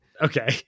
Okay